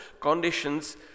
conditions